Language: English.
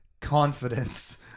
confidence